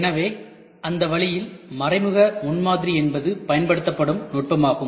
எனவே அந்த வழியில் மறைமுக முன்மாதிரி என்பது பயன்படுத்தப்படும் நுட்பமாகும்